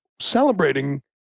celebrating